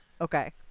Okay